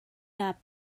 not